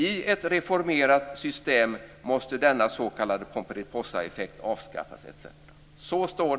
Så står det, och det kan inte betyda annat än att reservanterna menar att det måste ske en förändring i utjämningsgraden och kompensationsnivån.